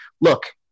Look